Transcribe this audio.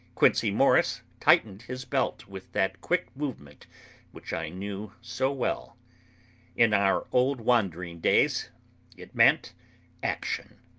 quincey morris tightened his belt with that quick movement which i knew so well in our old wandering days it meant action.